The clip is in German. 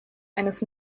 eines